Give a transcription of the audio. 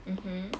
mmhmm